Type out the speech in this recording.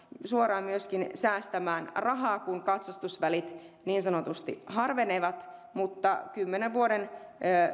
suoraan säästämään rahaa kun katsastusvälit niin sanotusti harvenevat mutta kymmenen vuoden